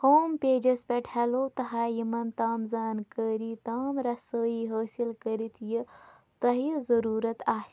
home pages پٮ۪ٹھ ہٮ۪لو تہٕ ہاے یِمن تام زانكٲری تام رَسٲیی حٲصِل کٔرتھ یہِ تۄہہِ ضٔروٗرت آسہِ